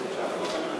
אחרי שהגענו אתו להסדר?